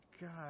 god